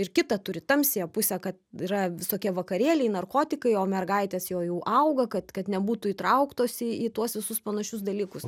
ir kitą turi tamsiąją pusę kad yra visokie vakarėliai narkotikai o mergaitės jo jau auga kad kad nebūtų įtrauktos į į tuos visus panašius dalykus